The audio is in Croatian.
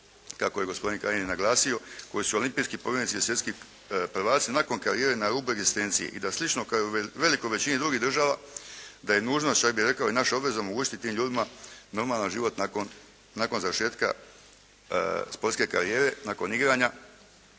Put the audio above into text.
kako je gospodin Kajin naglasio koji su olimpijski pobjednici i svjetski prvaci nakon karijere na rubu egzistencije i da slično kao i u velikoj većini drugih država da je nužno, čak bih rekao i naša obveza omogućiti tim ljudima normalan život nakon završetka sportske karijere, nakon igranja